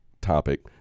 topic